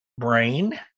Brain